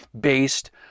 based